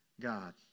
God